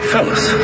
Fellas